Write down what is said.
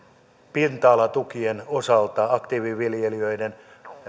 pinta alatukien osalta aktiiviviljelijöiden